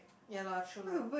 ya lor true lah